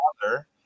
Father